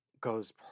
Goes